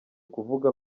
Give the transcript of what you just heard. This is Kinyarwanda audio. kuvuga